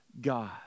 God